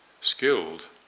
skilled